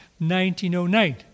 1909